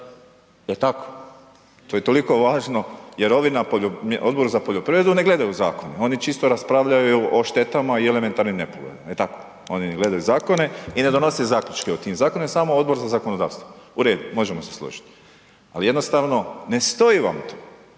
Je li tako? To je toliko važno jer ovi na Odboru za poljoprivredu ne gledaju zakone, oni čisto raspravljaju o štetama i elementarnim nepogodama. Je li tako? Oni ne gledaju zakone i ne donose zaključke o tim zakonima, samo Odbor za zakonodavstvo. U redu. Možemo se složiti. Ali, jednostavno ne stoji vam to.